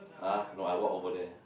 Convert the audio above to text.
ah no I walk over there